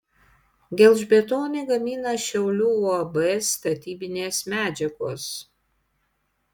gelžbetonį gamina šiaulių uab statybinės medžiagos